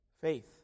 faith